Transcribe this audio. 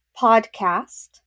podcast